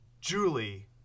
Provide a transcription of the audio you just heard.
Julie